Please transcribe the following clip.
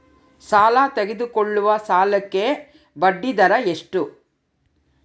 ನಾವು ತೆಗೆದುಕೊಳ್ಳುವ ಸಾಲಕ್ಕೆ ಬಡ್ಡಿದರ ಎಷ್ಟು?